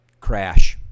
Crash